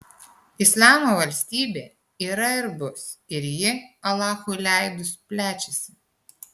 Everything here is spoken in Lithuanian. islamo valstybė yra ir bus ir ji alachui leidus plečiasi